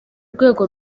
rwego